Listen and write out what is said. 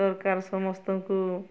ସରକାର ସମସ୍ତଙ୍କୁ